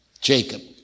Jacob